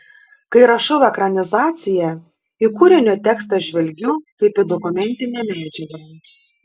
kai rašau ekranizaciją į kūrinio tekstą žvelgiu kaip į dokumentinę medžiagą